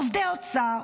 עובדי האוצר,